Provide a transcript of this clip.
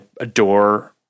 adore